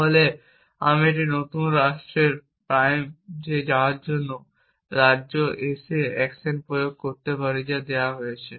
তাহলে আমি একটি নতুন রাষ্ট্রের প্রাইম এ যাওয়ার জন্য রাজ্য s এ অ্যাকশন প্রয়োগ করতে পারি যা দেওয়া হয়েছে